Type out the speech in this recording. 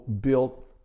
built